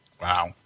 Wow